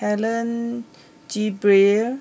Helen Gilbey